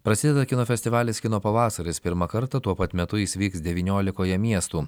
prasideda kino festivalis kino pavasaris pirmą kartą tuo pat metu jis vyks devyniolikoje miestų